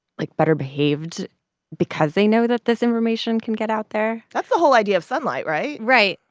like, better-behaved because they know that this information can get out there? that's the whole idea of sunlight, right? right.